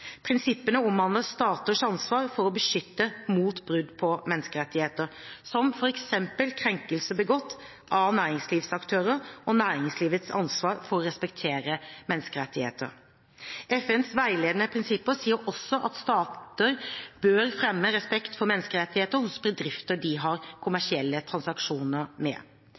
Prinsippene omhandler staters ansvar for å beskytte mot brudd på menneskerettighetene, som f.eks. krenkelser begått av næringslivsaktører og næringslivets ansvar for å respektere menneskerettighetene. FNs veiledende prinsipper sier også at stater bør fremme respekt for menneskerettigheter hos bedrifter de har kommersielle transaksjoner med.